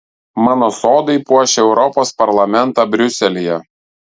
mano sodai puošia europos parlamentą briuselyje